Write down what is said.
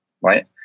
right